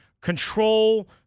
control –